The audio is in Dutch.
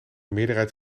meerderheid